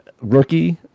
rookie